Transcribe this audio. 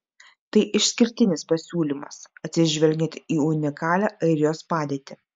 tai išskirtinis pasiūlymas atsižvelgiant į unikalią airijos padėtį